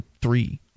three